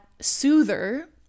soother